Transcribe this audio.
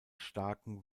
starken